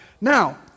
Now